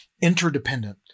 interdependent